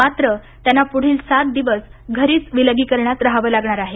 मात्र त्यांना प्रढील सात दिवस घरीच विलगीकरणात राहावे लागणार आहे